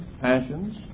passions